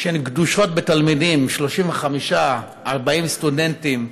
שהן גדושות בתלמידים, 35, 40 סטודנטים,